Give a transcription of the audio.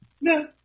No